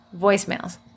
Voicemails